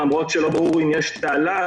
למרות שלא ברור אם יש תעלה.